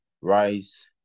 Rice